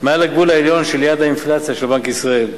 מעל לגבול העליון של יעד האינפלציה של בנק ישראל.